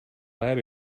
lab